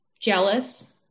jealous